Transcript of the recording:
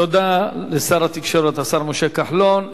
תודה לשר התקשורת, השר משה כחלון.